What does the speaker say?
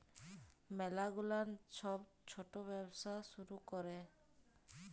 ম্যালা গুলান ছব ছট ব্যবসা শুরু ক্যরে